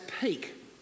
peak